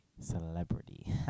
celebrity